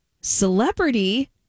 celebrity